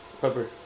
Pepper